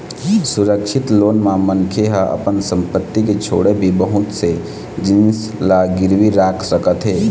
सुरक्छित लोन म मनखे ह अपन संपत्ति के छोड़े भी बहुत से जिनिस ल गिरवी राख सकत हे